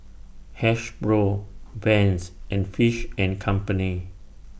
Hasbro Vans and Fish and Company